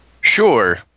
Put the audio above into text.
Sure